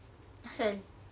asal